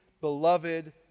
beloved